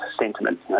sentiment